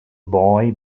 boy